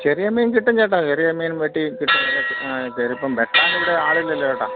ചെറിയ മീൻ കിട്ടും ചേട്ടാ ചെറിയ മീൻ വറ്റി കിട്ടും ആ ആ വെട്ടാനിവിടെ ആളില്ലല്ലോ ചേട്ടാ